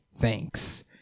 thanks